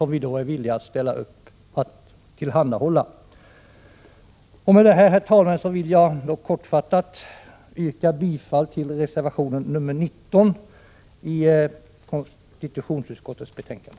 Med detta, herr talman, vill jag kortfattat yrka bifall till reservation nr 19:i konstitutionsutskottets betänkande.